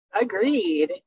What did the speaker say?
Agreed